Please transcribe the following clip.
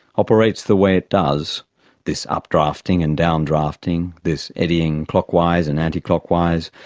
operates the way it does this updrafting and downdrafting, this eddying clockwise and anticlockwise,